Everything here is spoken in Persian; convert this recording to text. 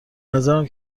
نظرم